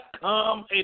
come